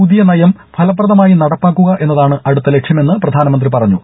പുതിയ നയം ഫലപ്രദമായി നടപ്പാക്കുക എന്നതാണ് അടുത്ത ലക്ഷ്യമെന്ന് പ്രധാനമന്ത്രി പറഞ്ഞു